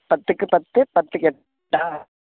பத்துக்கு பத்து பத்துக்கு எட்டா